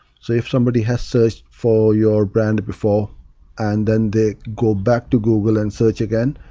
so if somebody has searched for your brand before and then they go back to google and search again,